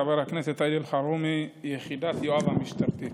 של חבר הכנסת סעיד אלחרומי: יחידת יואב המשטרתית.